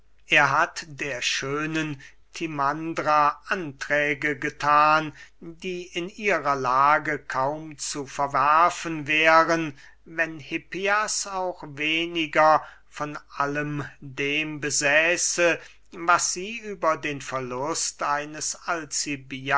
er hat der schönen timandra anträge gethan die in ihrer lage kaum zu verwerfen wären wenn hippias auch weniger von allem dem besäße was sie über den verlust eines